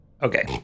Okay